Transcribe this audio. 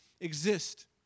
exist